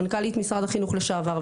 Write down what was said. מנכ"לית משרד החינוך לשעבר,